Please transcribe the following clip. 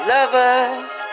Lovers